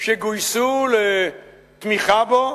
שגויסו לתמיכה בו,